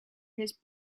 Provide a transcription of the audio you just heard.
his